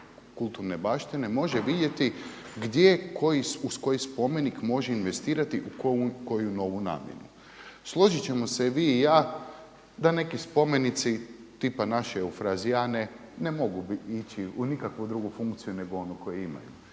kulturne baštine može vidjeti gdje koji, uz koji spomenik može investirati u koju novu namjenu. Složiti ćemo se i vi i ja da neki spomenici tipa naše Eufrazijane ne mogu ići u nikakvu drugu funkciju nego onu koju imaju.